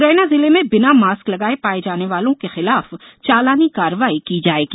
मु्रैना जिले में बिना मास्क लगाए पाए जाने वालों के खिलाफ चालानी कार्रवाई की जाएगी